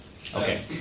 Okay